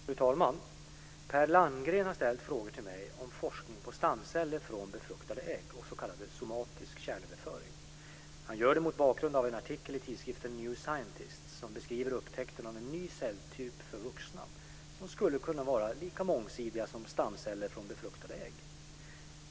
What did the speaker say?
Fru talman! Per Landgren har ställt frågor till mig om forskning på stamceller från befruktade ägg och s.k. somatisk kärnöverföring. Han gör det mot bakgrund av en artikel i tidskriften New Scientist som beskriver upptäckten av en ny celltyp för vuxna som skulle kunna vara lika mångsidig som stamceller från befruktade ägg.